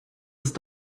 ist